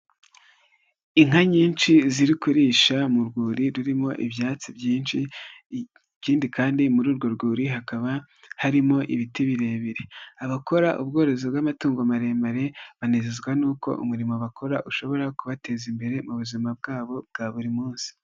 Inka nyinshi ziri kurisha mu rwuri rurimo ibyatsi byinshi, ikindi kandi muri urwo rwuri hakaba harimo ibiti birebire. Abakora ubworozi bw'amatungo maremare banezezwa n'uko umurimo bakora ushobora kubateza imbere mu buzima bwabo bwa buri munsi.